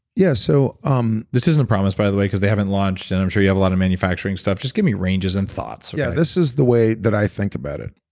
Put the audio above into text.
yeah so um this isn't promised, by the way, because they haven't launched and i'm sure you have a lot of manufacturing stuff, just give me ranges and thoughts yeah this is the way that i think about it.